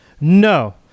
No